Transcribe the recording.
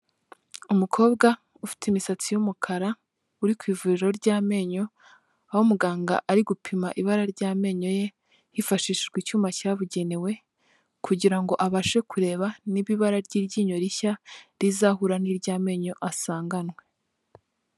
Umukobwa ufite imisatsi y'umukara uri ku ivuriro ry'amenyo, aho muganga ari gupima ibara ry'amenyo ye hifashishijwe icyuma cyabugenewe kugira ngo abashe kureba niba ibara ry'iryinyo rishya rizahura n'iry'amenyo asanganwe.